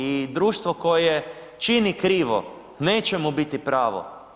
I društvo koje čini krivo neće mu biti pravo.